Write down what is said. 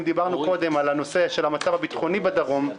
אם דיברנו קודם על המצב הביטחוני בדרום,